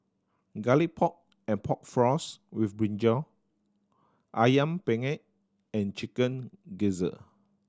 Garlic Pork and Pork Floss with brinjal Ayam Penyet and Chicken Gizzard